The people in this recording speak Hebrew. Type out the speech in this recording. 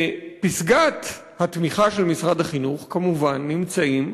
בפסגת התמיכה של משרד החינוך כמובן נמצאים,